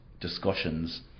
discussions